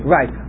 Right